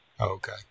Okay